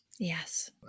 Yes